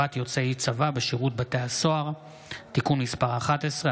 יוצאי צבא בשירות בתי הסוהר (תיקון מס' 11),